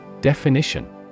Definition